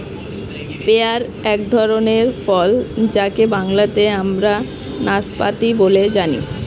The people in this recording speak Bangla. পেয়ার এক ধরনের ফল যাকে বাংলাতে আমরা নাসপাতি বলে জানি